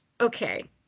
okay